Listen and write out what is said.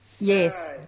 Yes